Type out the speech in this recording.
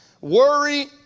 Worry